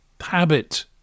habit